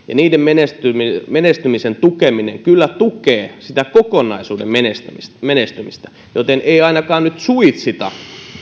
ja niiden menestymisen menestymisen tukeminen kyllä tukee sitä kokonaisuuden menestymistä menestymistä joten ei ainakaan nyt suitsita